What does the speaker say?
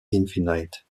infinite